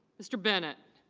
mr. bennett.